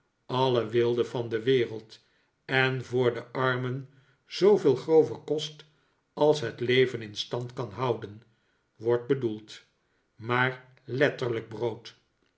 alle weelde van de wereld en voor de ar men zooveel grove kost als het leven in stand kan houden wordt bedoeld maar letterlijk brood